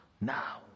now